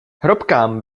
hrobkám